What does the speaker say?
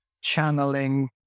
channeling